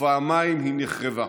ופעמיים היא נחרבה.